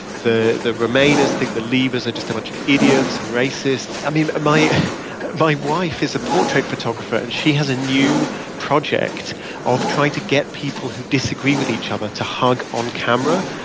the the remainers think the leavers are just a bunch of idiots and racists i mean, my my wife is a portrait photographer, and she has a new project of trying to get people who disagree with each other to hug on camera.